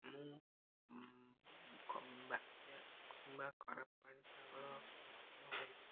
ମୁଁ ବାତ୍ୟା କିମ୍ବା ଖରାପ ପାଣିପାଗର ସମ୍ମୁଖୀନ ହୋଇଛି